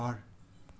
घर